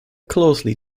closely